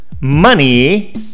Money